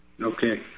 Okay